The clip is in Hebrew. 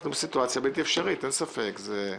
אנחנו בסיטואציה בלתי אפשרית, אין ספק בכך.